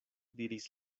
diris